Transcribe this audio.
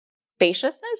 Spaciousness